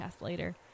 later